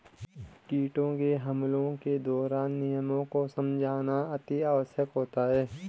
कीटों के हमलों के दौरान नियमों को समझना अति आवश्यक होता है